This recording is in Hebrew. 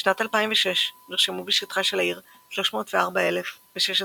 בשנת 2006 נרשמו בשטחה של העיר 304,016 חברות.